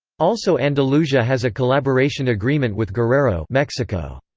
also andalusia has a collaboration agreement with guerrero mexico.